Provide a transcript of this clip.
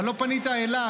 אבל לא פנית אליי.